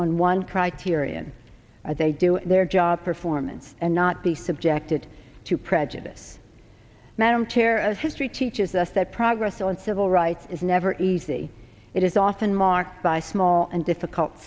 are they doing their job performance and not be subjected to prejudice madam chair of history teaches us that progress on civil rights is never easy it is often marked by small and difficult